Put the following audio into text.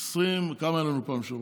20, כמה היו לנו בפעם שעברה?